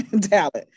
talent